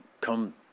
come